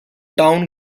town